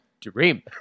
dream